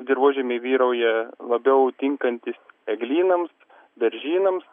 dirvožemiai vyrauja labiau tinkantys eglynams beržynams